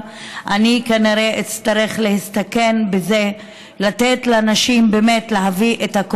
כשהייתי צריכה לבקש מנשים שלא לחשוף את הפרטים